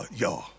y'all